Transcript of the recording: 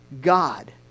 god